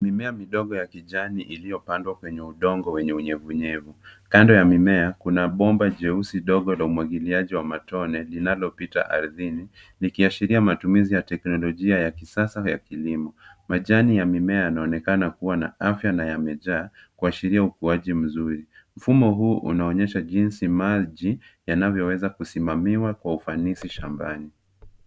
Mimea midogo ya kijani iliyopandwa kwenye udongo wenye unyevunyevu , kando ya mimea kuna bomba jeusi dogo la umwagiliaji wa matone linalopita ardhini likiashiria matumizi ya teknolojia ya kisasa ya kilimo ,majani ya mimea yanaonekana kuwa na afya na yamejaa kuashiria ukuaji mzuri mfumo huu unaonyesha jinsi maji yanavyoweza kusimamiwa kwa ufanisi shambani.